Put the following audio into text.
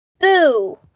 Boo